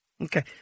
okay